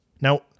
Now